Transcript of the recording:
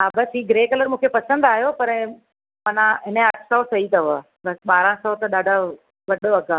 हा बसि ही ग्रे कलर मूंखे पसंदि आयो पर माना हिन जा अठ सौ सही अथव बसि ॿारहां सौ त ॾाढा वधि अघु आहे